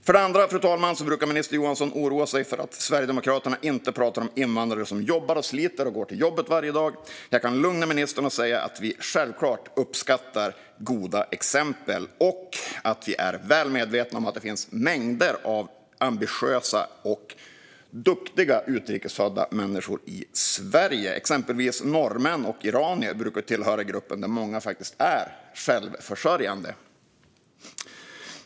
För det andra, fru talman, brukar minister Johansson oroa sig för att Sverigedemokraterna inte pratar om de invandrare som jobbar och sliter och går till jobbet varje dag. Jag kan lugna ministern genom att säga att vi självklart uppskattar goda exempel och att vi är väl medvetna om att det finns mängder av ambitiösa och duktiga utrikesfödda människor i Sverige. Exempelvis norrmän och iranier är grupper där många faktiskt brukar vara självförsörjande.